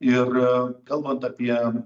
ir kalbant apie